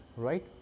right